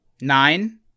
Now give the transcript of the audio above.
Nine